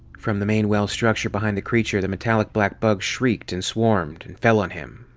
from the main well structure behind the creature, the metallic black bugs shrieked and swarmed and fell on him,